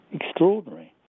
extraordinary